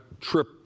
trip